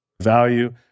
Value